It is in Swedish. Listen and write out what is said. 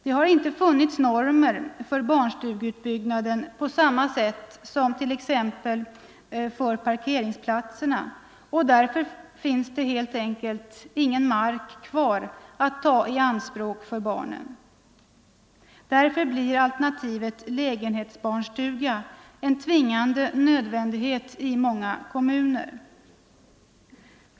Det har inte funnits normer för barnstugeutbyggnaden på samma sätt som för t.ex. parkeringsplatserna, och därför finns det helt enkelt ingen mark kvar att ta i anspråk för barnen. Därför blir alternativet lägenhetsbarnstuga en tvingande nödvändighet i många kommuner.